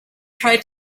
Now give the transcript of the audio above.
try